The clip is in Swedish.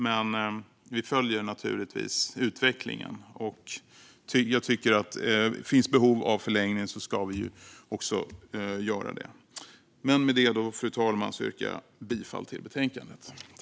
Men vi följer naturligtvis utvecklingen, och jag tycker att om det finns behov av förlängningen ska vi också genomföra en sådan. Med det, fru talman, yrkar jag bifall till utskottets förslag i betänkandet.